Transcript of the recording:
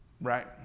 Right